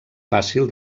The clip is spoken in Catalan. fàcil